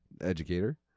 educator